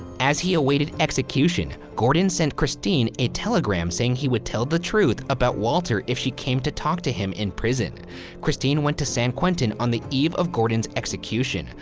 as he awaited execution, gordon sent christine a telegram saying he would tell the truth about walter if she came to talk to him in prison christine went to san quintin on the eve of gordon's execution,